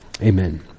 Amen